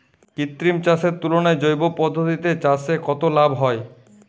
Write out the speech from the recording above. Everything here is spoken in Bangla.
কৃত্রিম চাষের তুলনায় জৈব পদ্ধতিতে চাষে কত লাভ হয়?